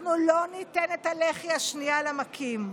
אנחנו לא ניתן את הלחי השנייה למכים.